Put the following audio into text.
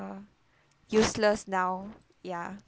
useless now ya